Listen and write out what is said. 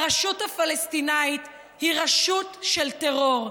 הרשות הפלסטינית היא רשות של טרור,